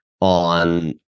on